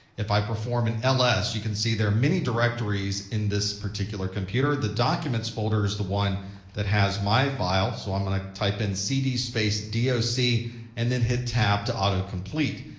if i perform an ls, you can see there are many directories in this particular computer. the documents folder is the one that has my file, so i'm going to type in cd space doc so and then hit tab to auto-complete.